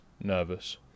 nervous